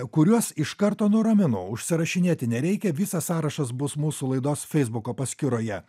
kuriuos iš karto nuraminu užsirašinėti nereikia visas sąrašas bus mūsų laidos feisbuko paskyroje